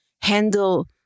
handle